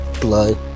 Blood